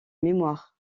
mémoire